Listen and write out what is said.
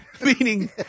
meaning